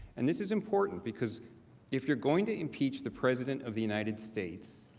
and this is important because if you are going to impeach the president of the united states,